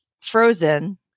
Frozen